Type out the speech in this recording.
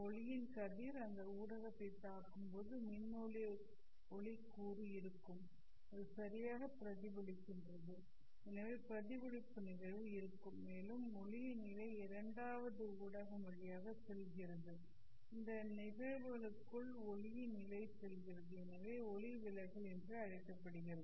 ஒளியின் கதிர் அந்த ஊடகத்தைத் தாக்கும் போது மின் ஒளி கூறு இருக்கும் அது சரியாக பிரதிபலிக்கிறது எனவே பிரதிபலிப்பு நிகழ்வு இருக்கும் மேலும் ஒளியின் நிலை இரண்டாவது ஊடகம் வழியாக செல்கிறது இந்த நிகழ்வுகளுக்குள் ஒளியின் நிலை செல்கிறது எனவே ஒளிவிலகல் என்று அழைக்கப்படுகிறது